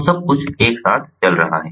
तो सब कुछ एक साथ चल रहा है